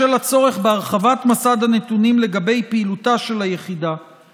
בשל הצורך בהרחבת מסד הנתונים לגבי פעילותה של היחידה